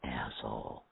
asshole